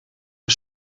een